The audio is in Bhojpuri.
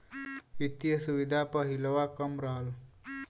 वित्तिय सुविधा प हिलवा कम रहल